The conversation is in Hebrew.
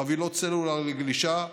חבילות סלולר לגלישה,